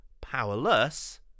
powerless